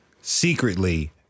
secretly